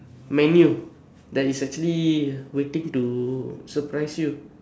menu that is actually waiting to surprise you